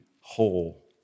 whole